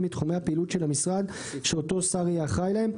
מתוך תחומי הפעילות של המשרד שאותו שר יהיה אחראי להם,